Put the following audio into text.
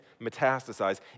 metastasize